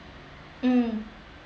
mm